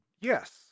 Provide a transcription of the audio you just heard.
yes